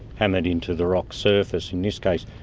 hammered into the rock's surface in this case.